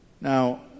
Now